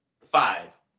Five